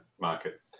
market